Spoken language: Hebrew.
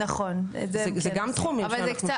זה גם תחומים שאנחנו עושים.